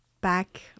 back